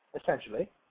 essentially